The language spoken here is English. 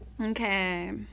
Okay